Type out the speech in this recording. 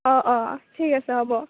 অঁ অঁ ঠিক আছে হ'ব